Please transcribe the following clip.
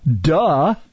duh